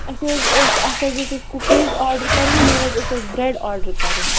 اَسہِ حظ ٲسۍ اکھ حظ ٲسۍ اَسہِ کُکیٖز آرڈَر کَرٕنۍ بیٚیہِ حظ ٲس اَسہِ برٛٮ۪ڈ آرڈَر کَرٕنۍ